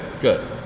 good